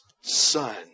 son